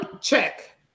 check